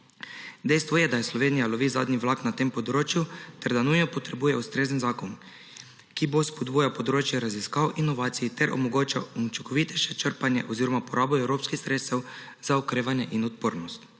Dejstvo je, da Slovenija lovi zadnji vlak na tem področju ter da nujno potrebuje ustrezen zakon, ki bo spodbujal področje raziskav, inovacij ter omogočal učinkovitejše črpanje oziroma porabo evropskih sredstev za okrevanje in odpornost.